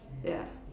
yeah